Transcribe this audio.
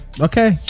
okay